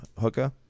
Hooker